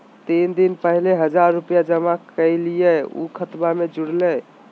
तीन दिन पहले हजार रूपा जमा कैलिये, ऊ खतबा में जुरले?